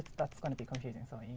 that's going to be confusing so yeah